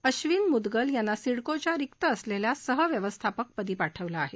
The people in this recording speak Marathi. अश्विन मुद्गल यांना सिडकोच्या रिक्त असलेल्या सहव्यवस्थापकपदी पाठवलं आहे